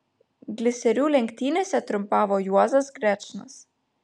gliserių lenktynėse triumfavo juozas grečnas